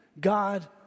God